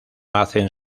hacen